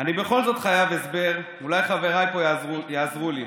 אני בכל זאת חייב הסבר, אולי חבריי פה יעזרו לי.